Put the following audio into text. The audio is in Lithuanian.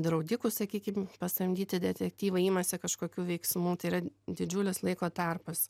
draudikų sakykim pasamdyti detektyvai imasi kažkokių veiksmų tai yra didžiulis laiko tarpas